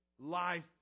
life